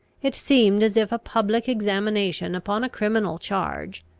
it seemed as if a public examination upon a criminal charge,